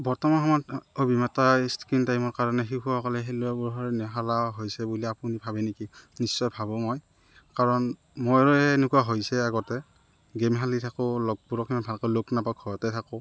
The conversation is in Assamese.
বৰ্তমান সময়ত অতিমাত্ৰা স্ক্ৰিন টাইমৰ কাৰণে শিশুসকলে খেলাবোৰ নেখেলা হৈছে বুলি আপুনি ভাৱে নেকি নিশ্চয় ভাবোঁ মই কাৰণ মোৰে এনেকুৱা হৈছে আগতে গেম খেলি থাকোঁ লগবোৰক সিমান ভালকৈ লগ নাপাওঁ ঘৰতে থাকোঁ